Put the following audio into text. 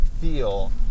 feel